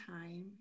time